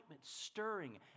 stirring